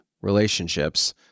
relationships